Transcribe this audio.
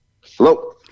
Hello